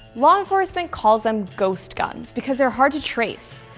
law enforcement calls them ghost guns because they're hard to trace,